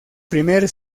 primer